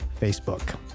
Facebook